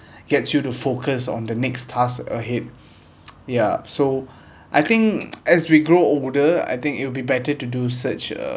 gets you to focus on the next task ahead ya so I think as we grow older I think it will be better to do such a